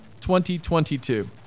2022